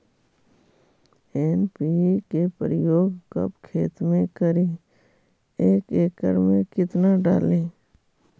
NPK प्रयोग कब खेत मे करि एक एकड़ मे कितना डाली?